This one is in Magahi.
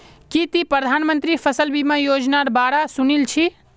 की ती प्रधानमंत्री फसल बीमा योजनार बा र सुनील छि